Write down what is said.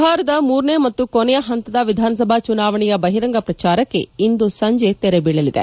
ಬಿಹಾರದ ಮೂರನೇ ಮತ್ತು ಕೊನೆಯ ಹಂತದ ವಿಧಾನಸಭಾ ಚುನಾವಣೆಯ ಬಹಿರಂಗ ಪ್ರಚಾರಕ್ಕೆ ಇಂದು ಸಂಜೆ ತೆರೆ ಬೀಳಲಿದೆ